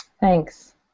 Thanks